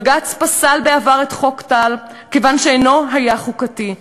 בג"ץ פסל בעבר את חוק טל כיוון שלא היה חוקתי.